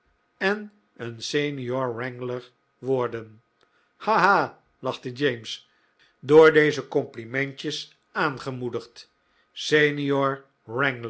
en een senior wrangler worden ha ha lachte james door deze complimentjes aangemoedigd senior